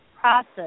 process